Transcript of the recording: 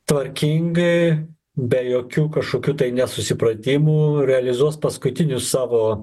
tvarkingai be jokių kažkokių nesusipratimų realizuos paskutinius savo